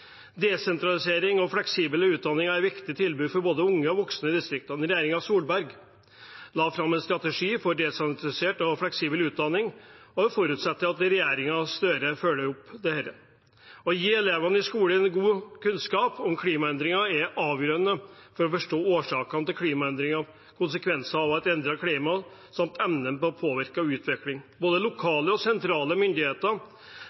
Desentralisering og fleksible utdanninger er viktige tilbud for både unge og voksne i distriktene. Regjeringen Solberg la fram en strategi for desentralisert og fleksibel utdanning, og vi forutsetter at regjeringen Støre følger opp dette. Å gi elevene i skolen god kunnskap om klimaendringer er avgjørende for å skape forståelse av årsakene til klimaendringene, konsekvensene av et endret klima og evnen til å påvirke utviklingen. Både lokale og